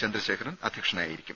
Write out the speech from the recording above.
ചന്ദ്രശേഖരൻ അധ്യക്ഷനായിരിക്കും